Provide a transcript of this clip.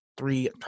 three